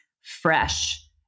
fresh